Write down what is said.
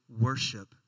worship